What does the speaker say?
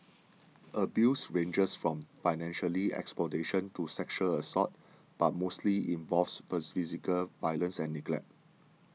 abuse ranges from financial exploitation to sexual assault but mostly involves physical violence and neglect